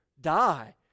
die